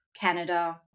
canada